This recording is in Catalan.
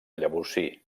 llavorsí